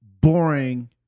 boring